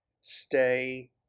stay